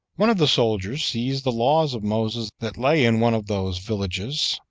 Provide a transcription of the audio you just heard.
one of the soldiers seized the laws of moses that lay in one of those villages,